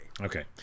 Okay